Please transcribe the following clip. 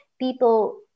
people